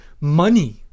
money